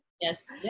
Yes